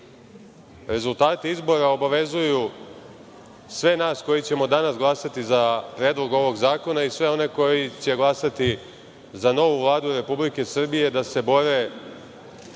Rezultati izbora obavezuju sve nas koji ćemo danas glasati za Predlog ovog zakona, i sve one koji će glasati za novu Vladu Republike Srbije, da se bore